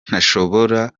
ntashobora